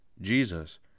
Jesus